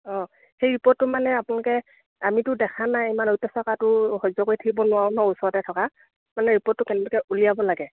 অঁ সেই ৰিপৰ্টটো মানে আপোনালোকে আমিতো দেখা নাই ইমান অত্য়াচাৰ কৰাটো সহ্য কৰি থাকিব নোৱাৰো নহ্ ওচৰতে থকা মানে ৰিপৰ্টটো কেনেবাকৈ উলিয়াব লাগে